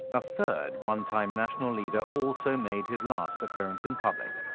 a third one-time national leader also made his last appearance in public,